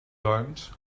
doncs